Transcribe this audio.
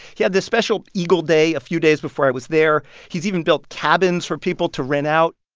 he had this special eagle day a few days before i was there. he's even built cabins for people to rent out.